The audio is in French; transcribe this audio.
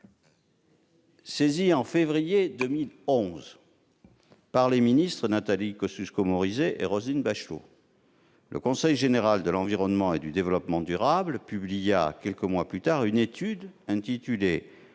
Saisi en février 2011 par les ministres Nathalie Kosciusko-Morizet et Roselyne Bachelot, le Conseil général de l'environnement et du développement durable publia, quelques mois plus tard, une étude intitulée.